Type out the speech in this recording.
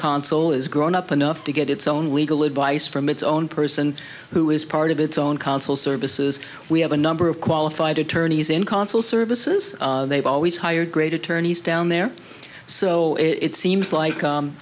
console is grown up enough to get its own legal advice from its own person who is part of its own council services we have a number of qualified attorneys in consular services they've always hired great attorneys down there so it seems like